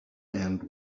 end